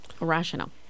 Irrational